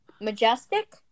Majestic